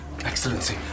Excellency